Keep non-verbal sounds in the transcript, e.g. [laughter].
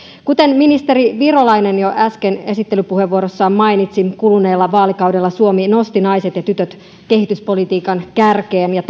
kuten ministeri virolainen jo äsken esittelypuheenvuorossaan mainitsi kuluneella vaalikaudella suomi nosti naiset ja tytöt kehityspolitiikan kärkeen ja [unintelligible]